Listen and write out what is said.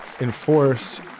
enforce